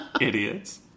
idiots